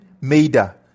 Maida